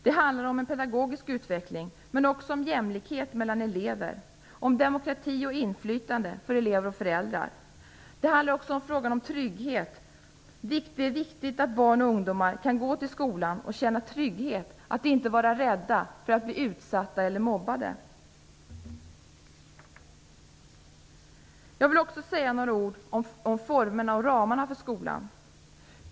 Det handlar om en pedagogisk utveckling men också om jämlikhet mellan elever. Det handlar om demokrati och inflytande för elever och föräldrar och också om trygghet. Det är viktigt att barn och ungdomar kan gå till skolan och känna trygghet, att de inte är rädda för att bli utsatta eller mobbade. Jag vill också säga några ord om formerna och ramarna för skolan.